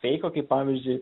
feiko kaip pavyzdžiui